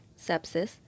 sepsis